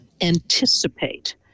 anticipate